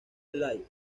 live